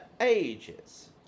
ages